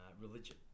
religion